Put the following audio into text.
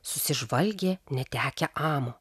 susižvalgė netekę amo